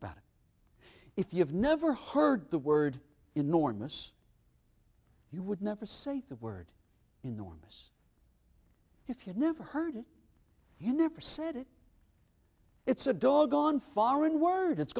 it if you've never heard the word enormous you would never say that word enormous if you never heard you never said it it's a doggone foreign word it's